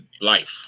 life